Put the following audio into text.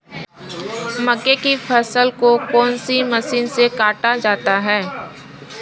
मक्के की फसल को कौन सी मशीन से काटा जाता है?